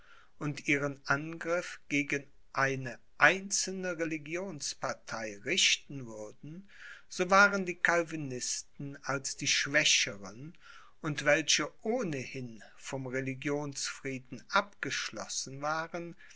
und ihren angriff gegen eine einzelne religionspartei richten würden so waren die calvinisten als die schwächern und welche ohnehin vom religionsfrieden abgeschlossen waren